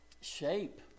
shape